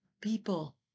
People